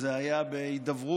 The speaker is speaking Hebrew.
זה היה בהידברות,